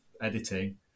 editing